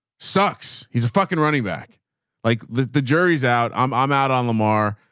sucks. he's a fucking running back like the the jury's out. i'm um out on lamar.